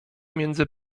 między